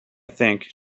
think